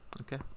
okay